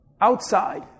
Outside